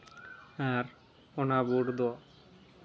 ᱟᱨ ᱚᱱᱟ ᱵᱳᱰ ᱫᱚ